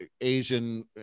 Asian